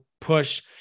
push